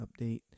update